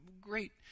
great